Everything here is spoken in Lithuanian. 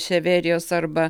ševerijos arba